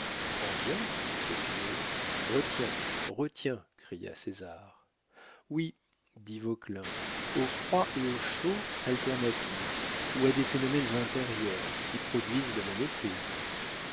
ambiante popinot retiens retiens cria césar oui dit vauquelin au froid et au chaud alternatifs ou à des phénomènes intérieurs qui produisent le même effet